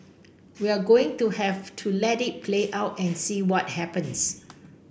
we're going to have to let it play out and see what happens